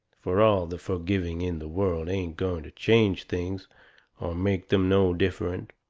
fur all the forgiving in the world ain't going to change things, or make them no different.